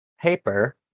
paper